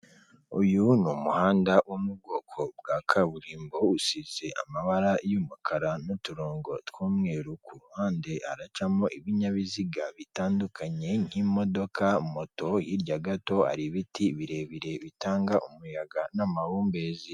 Uyu ni umuhanda wo mu bwoko bwa kaburimbo, usize amabara y'umukara n'uturongo tw'umweru, kuhande haracamo ibinyabiziga bitandukanye nk'imodoka, moto, hirya gato hari ibiti birebire bitanga umuyaga n'amahumbezi.